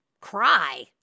cry